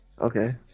okay